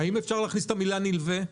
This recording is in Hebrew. אפשר לבקש להוסיף את המילה "נלווה"?